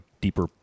deeper